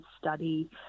study